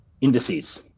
indices